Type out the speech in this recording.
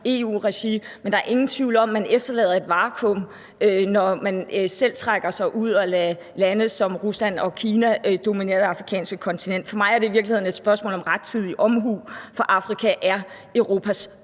EU-regi, men der er ingen tvivl om, at man efterlader et vakuum, når man selv trækker sig ud og lader lande som Rusland og Kina dominere det afrikanske kontinent. For mig er det i virkeligheden et spørgsmål om rettidig omhu, for Afrika er Europas